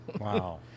wow